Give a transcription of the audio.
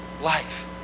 life